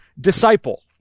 disciple